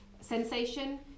sensation